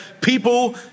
people